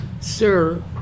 sir